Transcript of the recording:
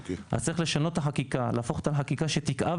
צריך לשנות את החקיקה ולהפוך את החקיקה שתכאב